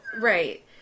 right